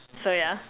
so yeah